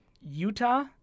Utah